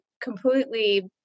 completely